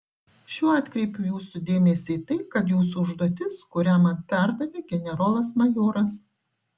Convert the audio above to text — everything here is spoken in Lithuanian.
šiuo atkreipiu jūsų dėmesį į tai kad jūsų užduotis kurią man perdavė generolas majoras